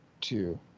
two